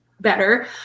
better